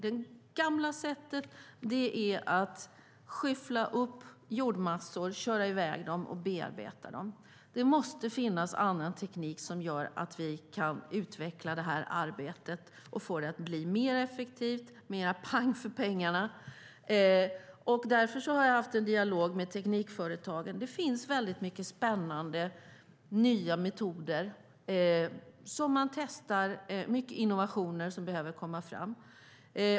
Det gamla sättet är att skyffla upp jordmassor, köra i väg dem och bearbeta dem. Det måste finnas annan teknik som gör att man kan utveckla arbetet och få det att bli mer effektivt, mer "pang" för pengarna. Därför har jag fört en dialog med teknikföretagen. Det finns många spännande, nya metoder som testas. Det finns många innovationer som behöver komma fram.